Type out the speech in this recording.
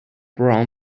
brown